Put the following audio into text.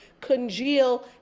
congeal